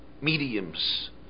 mediums